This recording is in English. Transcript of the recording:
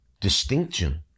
distinction